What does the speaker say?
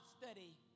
study